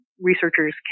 researchers